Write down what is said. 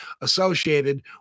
associated